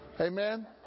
Amen